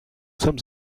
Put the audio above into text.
sommes